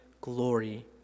glory